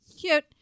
Cute